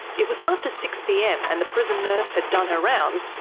it was after six pm and the prison nurse had done her rounds,